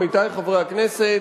עמיתי חברי הכנסת,